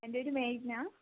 എൻ്റെ പേര് മേഘ്ന